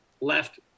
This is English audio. Left